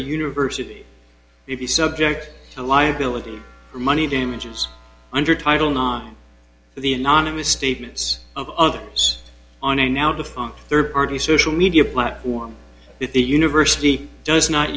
university if you subject to liability or money damages under title not the anonymous statements of others on a now defunct third party social media platform that the university does not